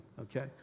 okay